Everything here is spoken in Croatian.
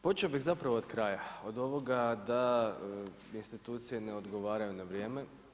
Počeo bih zapravo od kraja, od ovoga da institucije ne odgovaraju na vrijeme.